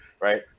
right